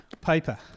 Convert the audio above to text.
Paper